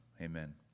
Amen